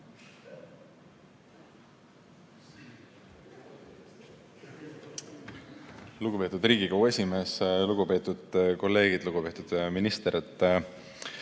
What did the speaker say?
Lugupeetud Riigikogu esimees! Lugupeetud kolleegid! Lugupeetud minister!